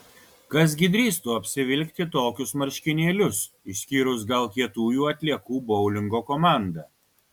kas gi drįstų apsivilkti tokius marškinėlius išskyrus gal kietųjų atliekų boulingo komandą